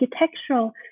architectural